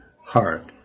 heart